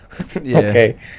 Okay